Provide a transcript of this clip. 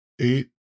eight